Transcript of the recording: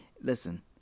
Listen